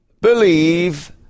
believe